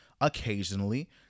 occasionally